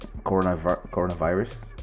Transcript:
coronavirus